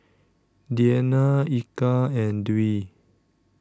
Diyana Eka and Dwi